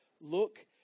look